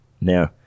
Now